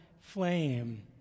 flame